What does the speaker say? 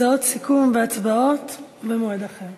הצעות סיכום והצבעות, במועד אחר.